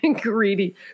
greedy